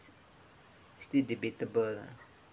still debatable lah